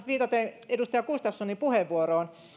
viitaten edustaja gustafssonin puheenvuoroon